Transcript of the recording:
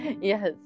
Yes